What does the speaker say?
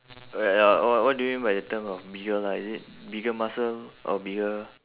uh ya oh what do you mean by the term of bigger lah is it bigger muscle or bigger